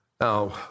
Now